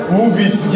movies